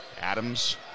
Adams